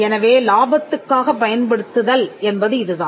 எனவே இலாபத்துக்காக பயன்படுத்துதல் என்பது இதுதான்